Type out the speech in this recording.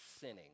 sinning